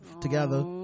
together